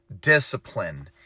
discipline